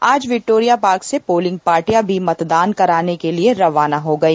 आज Victoria Park से party पार्टी मतदान कराने के लिए रवाना हो गई